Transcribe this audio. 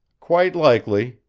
quite likely,